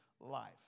Life